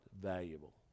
valuable